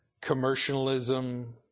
commercialism